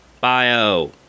bio